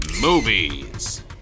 Movies